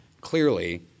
clearly